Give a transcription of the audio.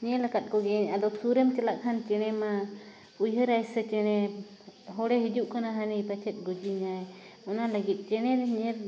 ᱧᱮᱞ ᱟᱠᱟᱫ ᱠᱚᱜᱮᱭᱟᱹᱧ ᱟᱫᱚ ᱥᱩᱨᱮᱢ ᱪᱟᱞᱟᱜ ᱠᱷᱟᱱ ᱪᱮᱬᱮ ᱢᱟ ᱩᱭᱦᱟᱹᱨᱟᱭ ᱥᱮ ᱪᱮᱬᱮ ᱦᱚᱲᱮ ᱦᱤᱡᱩᱜ ᱠᱟᱱᱟ ᱦᱟᱱᱤ ᱯᱟᱪᱮᱫ ᱜᱚᱡᱮᱧᱟᱭ ᱚᱱᱟᱞᱟᱹᱜᱤᱫ ᱪᱮᱬᱮ ᱧᱮᱞ